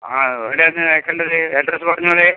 ആ എവിടെ ആണ് അയക്കണ്ടത് എഡ്രസ്സ് പറഞ്ഞോളൂ